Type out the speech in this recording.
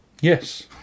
Yes